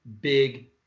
big